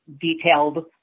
detailed